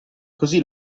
così